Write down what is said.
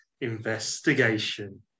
Investigation